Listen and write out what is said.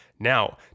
Now